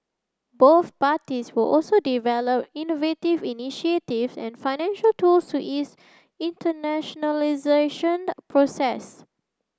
both parties will also develop innovative initiatives and financial tools to ease internationalisation process